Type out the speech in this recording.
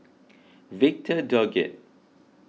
Victor Doggett